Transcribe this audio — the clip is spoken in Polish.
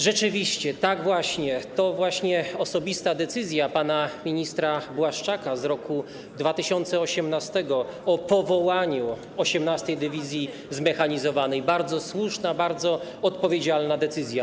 Rzeczywiście to właśnie osobista decyzja pana ministra Błaszczaka z roku 2018 o powołaniu 18. Dywizji Zmechanizowanej, bardzo słuszna, bardzo odpowiedzialna decyzja.